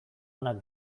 onak